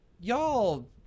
Y'all